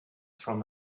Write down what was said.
from